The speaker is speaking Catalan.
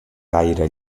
gaire